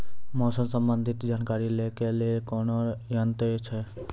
मौसम संबंधी जानकारी ले के लिए कोनोर यन्त्र छ?